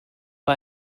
bei